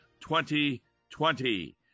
2020